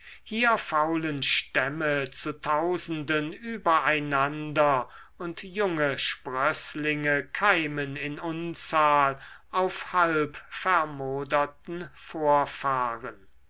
hier faulen stämme zu tausenden über einander und junge sprößlinge keimen in unzahl auf halbvermoderten vorfahren